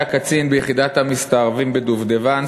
היה קצין ביחידת המסתערבים "דובדבן",